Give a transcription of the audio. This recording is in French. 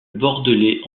bordelais